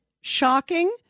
shocking